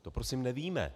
To prosím nevíme.